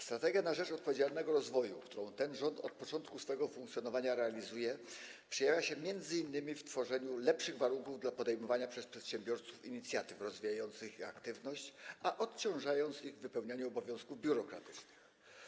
Strategia na rzecz odpowiedzialnego rozwoju, którą ten rząd od początku swego funkcjonowania realizuje, przejawia się m.in. w tworzeniu lepszych warunków do podejmowania przez przedsiębiorców inicjatyw rozwijających ich aktywność i odciążaniu ich w wypełnianiu obowiązków biurokratycznych.